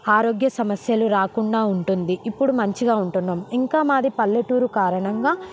ఆరోగ్య సమస్యలు రాకుండా ఉంటుంది ఇప్పుడు మంచిగా ఉంటున్నాం ఇంకా మాది పల్లెటూరు కారణంగా